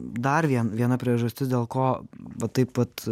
dar viena priežastis dėl ko va taip vat